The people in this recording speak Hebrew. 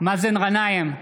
מאזן גנאים,